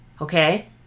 okay